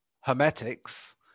Hermetics